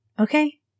okay